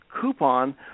coupon